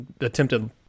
attempted